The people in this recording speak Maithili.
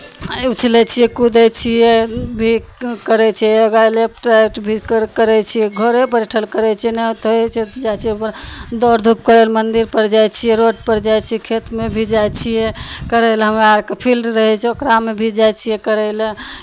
उछलै छियै कूदै छियै भी करै छियै योगा लेफ्ट राइट भी कर करै छियै घरो बैठल करै छियै नहि तऽ होइ छै जाइ छियै दौड़ धूप करय लेल मन्दिरपर जाइ छियै रोडपर जाइ छियै खेतमे भी जाइ छियै करय लेल हमरा अरकेँ फील्ड रहै छै ओकरामे भी जाइ छियै करय लेल